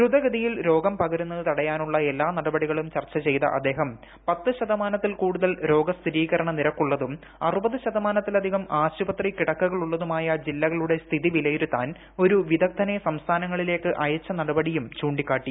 ദ്രുതഗതിയിൽ രോഗം പകരുന്നത് തടയാനുള്ള എല്ലാ നടപടികളും ചർച്ച ചെയ്ത അദ്ദേഹം പത്ത് ശതമാനത്തിൽ കൂടുതൽ രോഗസ്ഥിരീകരണ നിരക്കുള്ളതും അമ്പ്പിക്ക് ശതമാനത്തിലധികം ആശുപത്രി കിടക്കകളുള്ളതുമായ ജില്ലിക്കളുടെ സ്ഥിതി വിലയിരുത്താൻ ഒരു വിദഗ്ധനെ സ്ംസ്ഥാനങ്ങളിലേക്ക് അയച്ച നടപടിയും ചൂണ്ടിക്കാട്ടി